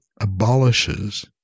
abolishes